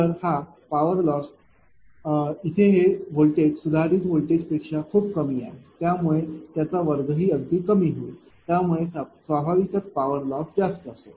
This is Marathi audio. तर हा पॉवर लॉस इथे हे व्होल्टेज सुधारित व्होल्टेजपेक्षा खूप कमी आहे त्यामुळेच त्याचा वर्गही अगदी कमी होईल त्यामुळे स्वाभाविकच पॉवर लॉस जास्त असेल